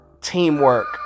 teamwork